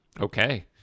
Okay